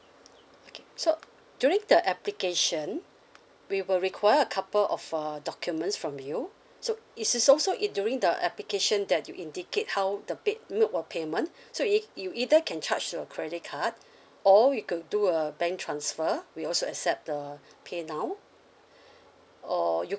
okay so during the application we will require a couple of err documents from you so is is also it during the application that you indicate how the pay~ the mode of payment so it you either can charge your credit card or you could do a bank transfer we also accept the PayNow or you